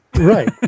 Right